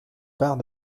part